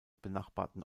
benachbarten